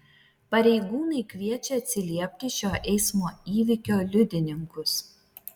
pareigūnai kviečia atsiliepti šio eismo įvykio liudininkus